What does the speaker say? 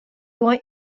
want